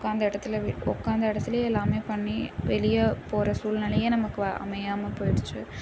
உட்காந்த இடத்துல வி உட்காந்த இடத்துலையே எல்லாமே பண்ணி வெளிய போகிற சூல்நெலையே நமக்கு அமையாம போயிடுச்சி